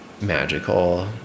magical